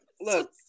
look